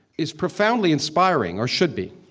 is profoundly inspiring or should be